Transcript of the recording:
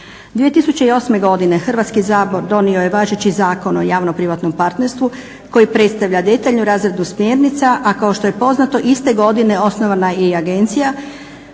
2008.godine Hrvatski sabor donio je važeći Zakon o javno-privatnog partnerstvu koji predstavlja detaljnu razradu smjernica a kao što je poznato iste godine osnovana je i agencija